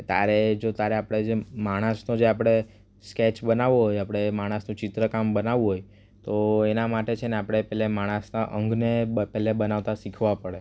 કે તારે જો તારે આપણે જેમ માણસનો જે આપણે સ્કેચ બનાવવો હોય આપણે માણસનું ચિત્રકામ બનાવવું હોય તો એના માટે છે ને આપણે પહેલા એ માણસના અંગને પહેલાં બનાવતાં શીખવા પડે